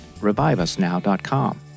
reviveusnow.com